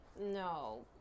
no